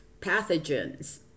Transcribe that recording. pathogens